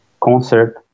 concert